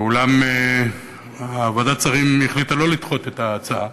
אולם ועדת השרים החליטה שלא לדחות את ההצעה,